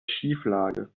schieflage